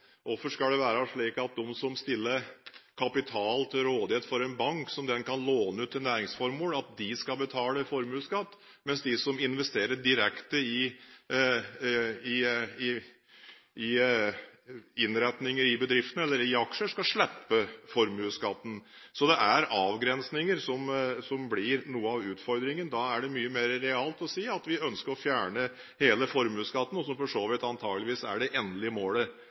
hvorfor det skal være slik at de som stiller kapital til rådighet for en bank, som den kan låne ut til næringsformål, skal betale formuesskatt, mens de som investerer direkte i innretninger i bedriften eller i aksjer, skal slippe formuesskatten. Så det er avgrensninger som blir noe av utfordringen. Da er det mye mer realt å si at man ønsker å fjerne hele formuesskatten, som for så vidt antakeligvis er det endelige målet